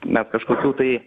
mes kažkokių tai